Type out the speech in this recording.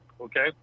Okay